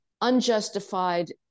unjustified